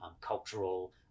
cultural